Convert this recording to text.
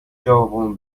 جوابمو